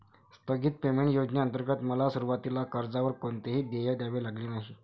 स्थगित पेमेंट योजनेंतर्गत मला सुरुवातीला कर्जावर कोणतेही देय द्यावे लागले नाही